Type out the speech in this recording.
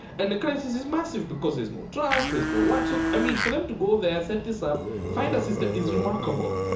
and the crisis is massive, because there's no drugs, there's no water. i mean, for them to go there, set this up, find a system, is remarkable.